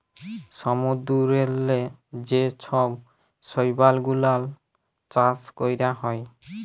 সমুদ্দূরেল্লে যে ছব শৈবাল গুলাল চাষ ক্যরা হ্যয়